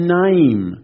name